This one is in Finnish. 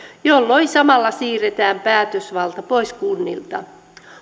jolloin samalla siirretään päätösvalta pois kunnilta